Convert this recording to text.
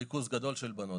ריכוז גדול של בנות.